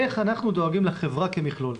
איך אנחנו דואגים לחברה כמכלול,